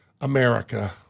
America